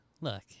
Look